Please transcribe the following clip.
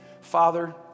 Father